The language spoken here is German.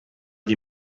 die